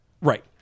Right